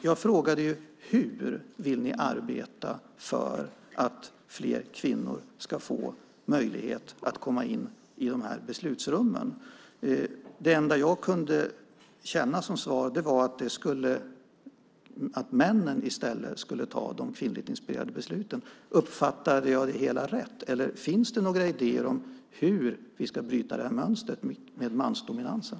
Jag frågade: Hur vill ni arbeta för att fler kvinnor ska få möjlighet att komma in i beslutsrummen? Det enda jag kunde känna som svar var att män i stället skulle fatta de kvinnligt inspirerade besluten. Uppfattade jag det hela rätt? Eller finns det några idéer om hur vi ska bryta mönstret med mansdominansen?